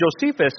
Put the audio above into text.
Josephus